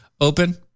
open